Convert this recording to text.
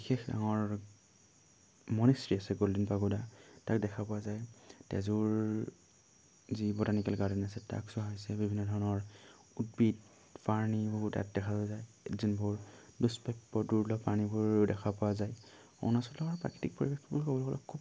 বিশেষ ডাঙৰ মনেষ্ট্ৰী আছে গ'ল্ডেন পাগোৰা তাক দেখা পোৱা যায় তেজুৰ যি ব'টানিকেল গাৰ্ডেন আছে তাক চোৱা হৈছে বিভিন্ন ধৰণৰ উদ্ভিদ প্ৰাণী বহুত তাত দেখা যোৱা যায় এ যোনবোৰ দুস্প্ৰাপ্য দুৰ্লভ প্ৰাণীবোৰ দেখা পোৱা যায় অৰুণাচলৰ প্ৰাকৃতিক পৰিৱেশবোৰ ক'ব গ'লে খুব